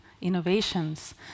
innovations